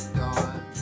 gone